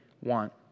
want